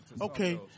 okay